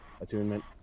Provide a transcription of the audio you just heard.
attunement